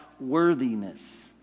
worthiness